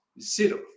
Zero